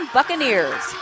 Buccaneers